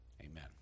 Amen